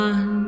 One